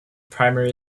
primary